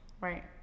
Right